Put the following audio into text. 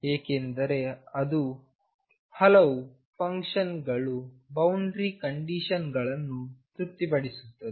ಏಕೆಂದರೆ ಅದು ಹಲವು ಫಂಕ್ಷನ್ ಗಳು ಬೌಂಡರಿ ಕಂಡಿಶನ್ ಗಳನ್ನು ತೃಪ್ತಿಪಡಿಸುತ್ತವೆ